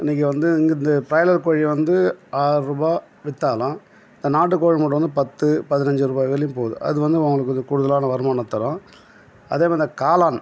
இன்றைக்கி வந்து இங்கே இந்த பாய்லர் கோழியை வந்து ஆறுபாய் விற்றாலும் இந்த நாட்டுக்கோழி முட்டை வந்து பத்து பதினஞ்சி ருபாய் வரைலேயும் போகுது அது வந்து உங்களுக்கு இது கூடுதலான வருமானம் தரும் அதேமாரி தான் காளான்